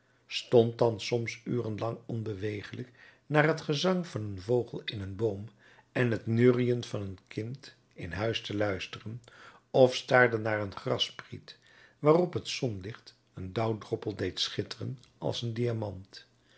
stond dan soms uren lang onbewegelijk naar het gezang van een vogel in een boom en het neuriën van een kind in huis te luisteren of staarde naar een grasspriet waarop het zonnelicht een dauwdroppel deed schitteren als een diamant